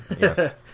Yes